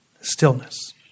Stillness